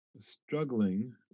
struggling